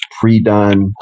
pre-done